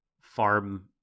farm